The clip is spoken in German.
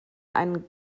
einen